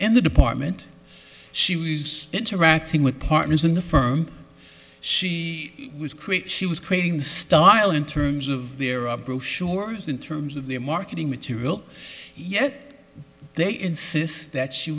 in the department she was interacting with partners in the firm she was create she was creating the style in terms of their of brochures in terms of their marketing material yet they insist that she